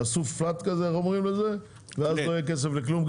יעשו פלאט ואז לא יהיה כסף לכלום,